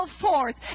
forth